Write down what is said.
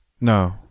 No